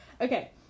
Okay